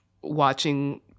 watching